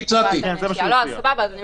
ההליכים אנחנו צריכים להגן על הנושים ולקבוע מסגרת